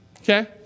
okay